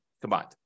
combined